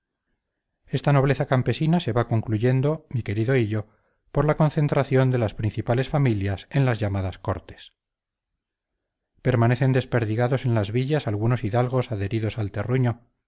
esta nobleza campesina se va concluyendo mi querido hillo por la concentración de las principales familias en las llamadas cortes permanecen desperdigados en las villas algunos hidalgos adheridos al terruño